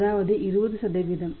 அதாவது 20